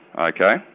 Okay